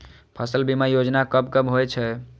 फसल बीमा योजना कब कब होय छै?